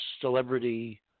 celebrity